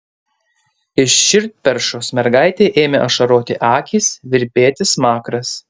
iš širdperšos mergaitei ėmė ašaroti akys virpėti smakras